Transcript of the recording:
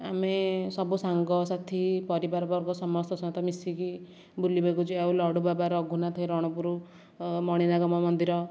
ଆମେ ସବୁ ସାଙ୍ଗସାଥି ପରିବାରବର୍ଗ ସମସ୍ତଙ୍କ ସହିତ ମିଶିକି ବୁଲିବାକୁ ଯାଉ ଲଡ଼ୁବାବା ରଘୁନାଥ ରଣପୁର ମଣିନାଗ ମା ମନ୍ଦିର